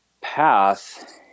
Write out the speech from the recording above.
path